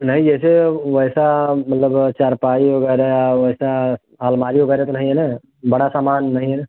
नहीं जैसे अब वैसा मतलब चारपाई वग़ैरह वैसा अलमारी वग़ैरह तो नहीं है ना बड़ा सामान नहीं है ना